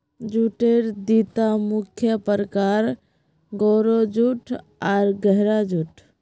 जूटेर दिता मुख्य प्रकार, गोरो जूट आर गहरा जूट